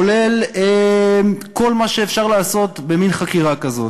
כולל כל מה שאפשר לעשות במין חקירה כזאת,